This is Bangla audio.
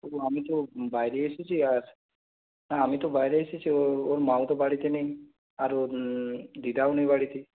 ও আমি তো বাইরে এসেছি আর হ্যাঁ আমি তো বাইরে এসেছি ওর ওর মাও তো বাড়িতে নেই আর ওর দিদাও নেই বাড়িতে